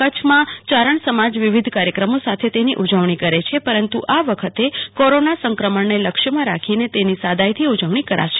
કચ્છમાં યારણ સમાજ વિવિધ કાર્યક્રમો સાથે તેની ઉજવણી કરે છે પરંતુ આ વખતે કોરોના સંક્રમણને લક્ષમાં રાખી તેની સાદાઈથી ઉજવણી કરાશે